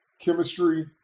chemistry